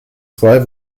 zwei